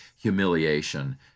humiliation